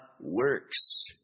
works